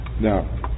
Now